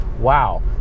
Wow